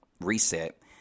Reset